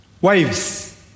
Wives